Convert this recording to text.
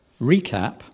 recap